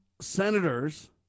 senators